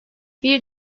bir